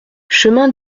chemin